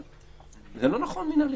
זה לא נכון מנהלי.